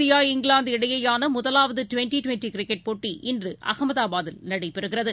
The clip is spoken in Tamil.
இந்தியா இங்கிலாந்து இடையேயானமுதலாவதுடிவெண்டிடிவெண்டிகிரிக்கெட் போட்டி இன்றுஅகமதாபாத்தில் நடைபெறுகிறது